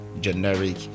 generic